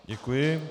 Děkuji.